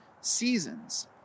seasons